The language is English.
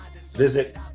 visit